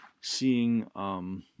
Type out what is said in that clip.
seeing